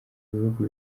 bihugu